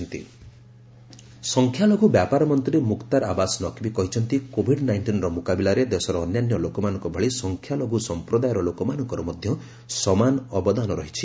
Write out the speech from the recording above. Naqvi minority communities ସଂଖ୍ୟାଲଘୁ ବ୍ୟାପାର ମନ୍ତ୍ରୀ ମୁକ୍ତାର ଆବାସ ନକ୍ବୀ କହିଛନ୍ତି କୋଭିଡ୍ ନାଇଣ୍ଟିନ୍ର ମୁକାବିଲାରେ ଦେଶର ଅନ୍ୟାନ୍ୟ ଲୋକମାନଙ୍କ ଭଳି ସଂଖ୍ୟାଲଘୁ ସମ୍ପ୍ରଦ୍ରାୟର ଲୋକମାନଙ୍କର ମଧ୍ୟ ସମାନ ଅବଦାନ ରହିଛି